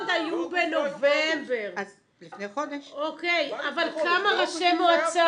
אתם באוגוסט 2018 הייתם צריכים לקבל את הרשימה,